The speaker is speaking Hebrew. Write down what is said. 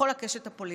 בכל הקשת הפוליטית,